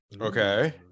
Okay